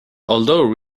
although